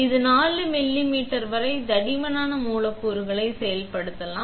இது 4 மில்லிமீட்டர் வரை தடிமனான மூலக்கூறுகளை செயல்படுத்தலாம்